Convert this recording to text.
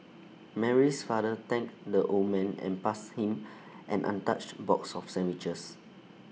Mary's father thanked the old man and passed him an untouched box of sandwiches